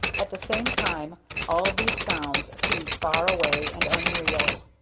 at the same time all these sounds seemed far away and unreal.